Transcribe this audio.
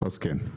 אז כן.